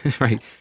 Right